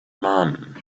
man